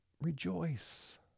Rejoice